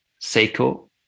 Seiko